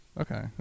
okay